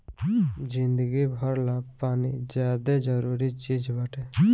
जिंदगी भर ला पानी ज्यादे जरूरी चीज़ बाटे